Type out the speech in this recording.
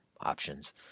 options